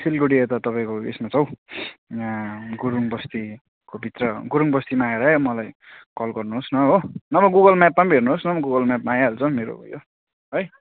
सिलगढी यता तपाईँको उसमा छ हौ यहाँ गुरुङ बस्तीको भित्र गुरुङ बस्तीमा आएरै मलाई कल गर्नुहोस् न हो नभए गुगल म्यापमा पनि हेर्नुहोस् न गुगल म्यापमा आइहाल्छ मेरो उयो है